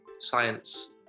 science